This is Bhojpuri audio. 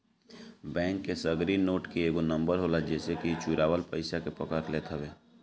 बैंक के सगरी नोट के एगो नंबर होला जेसे इ चुरावल पईसा के पकड़ लेत हअ